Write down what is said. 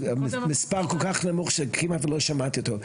מספר כל כך נמוך שכמעט ולא שמעתי אותו,